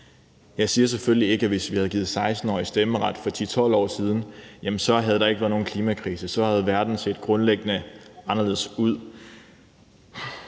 Jeg siger selvfølgelig ikke, at hvis vi havde givet 16-årige stemmeret for 10-12 år siden, havde der ikke været nogen klimakrise, og at verden så havde set grundlæggende anderledes ud,